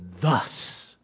thus